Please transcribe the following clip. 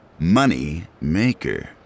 Moneymaker